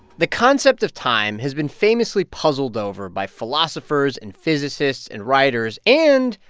the concept of time has been famously puzzled over by philosophers and physicists and writers and,